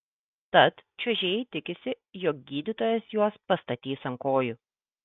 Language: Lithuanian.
tad čiuožėjai tikisi jog gydytojas juos pastatys ant kojų